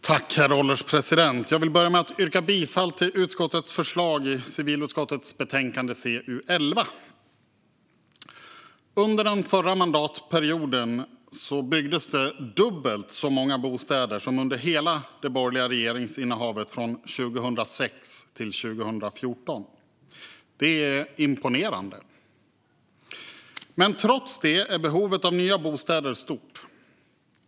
Herr ålderspresident! Jag vill börja med att yrka bifall till utskottets förslag i civilutskottets betänkande CU11. Under den förra mandatperioden byggdes det dubbelt så många bostäder som under hela det borgerliga regeringsinnehavet från 2006 till 2014. Det är imponerande. Men trots det är behovet av nya bostäder stort.